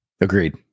Agreed